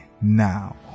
now